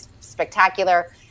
spectacular